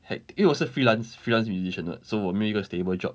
hec~ 因为我是 freelance freelance musician what so 我没有一个 stable job